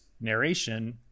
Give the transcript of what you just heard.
narration